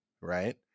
right